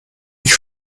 ich